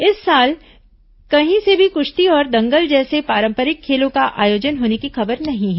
इस साल कहीं से भी कुश्ती और दंगल जैसे पारंपरिक खेलों का आयोजन होने की खबर नहीं है